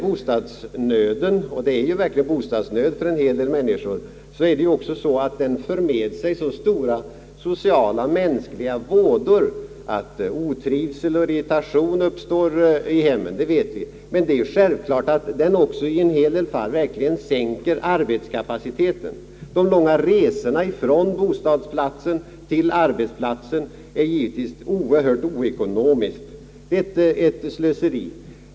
Bostadsnöden — och det råder ju en verklig bostadsnöd för en hel del människor — för med sig så stora sociala mänskliga vådor, att vantrivsel och irritation uppstår i hemmen — det vet vi — men det är självklart att detta också i en del fall verkligen sänker arbetskapaciteten. De långa resorna från bostadsplatsen till arbetsplatsen är mycket oekonomiska och innebär ett slöseri.